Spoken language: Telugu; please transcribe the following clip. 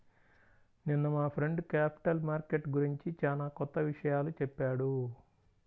నిన్న మా ఫ్రెండు క్యాపిటల్ మార్కెట్ గురించి చానా కొత్త విషయాలు చెప్పాడు